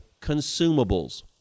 consumables